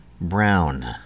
Brown